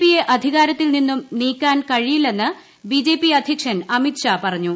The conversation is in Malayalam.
പി യെ അധികാരത്തിൽ നിന്നും നീക്കാൻ കഴിയില്ലെന്ന് ബീജ്ജ്പി അധ്യക്ഷൻ അമിത്ഷാ പറഞ്ഞു